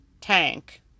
tank